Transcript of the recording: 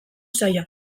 saila